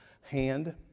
hand